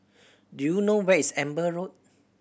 do you know where is Amber Road